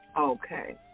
Okay